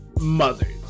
mothers